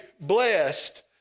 blessed